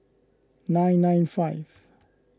nine nine five